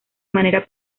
manera